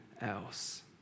else